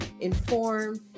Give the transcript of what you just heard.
inform